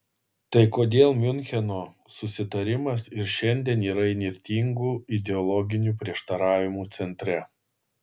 tai kodėl miuncheno susitarimas ir šiandien yra įnirtingų ideologinių prieštaravimų centre